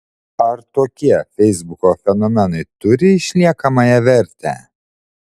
ar tokie feisbuko fenomenai turi išliekamąją vertę